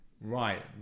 right